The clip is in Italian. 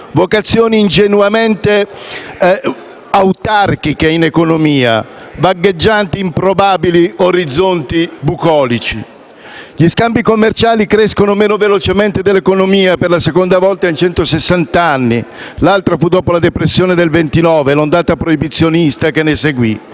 vocazioni ingenuamente autarchiche in economia, vagheggianti improbabili orizzonti bucolici. Gli scambi commerciali crescono meno velocemente dell'economia per la seconda volta in centosessant'anni. La prima volta fu dopo la depressione del 1929 e l'ondata proibizionista che ne seguì.